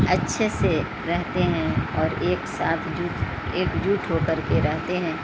اچھے سے رہتے ہیں اور ایک ساتھ جٹ ایک جٹ ہو کر کے رہتے ہیں